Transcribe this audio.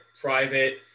private